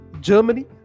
Germany